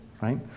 right